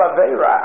Aveira